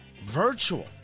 Virtual